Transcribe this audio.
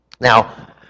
Now